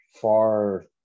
far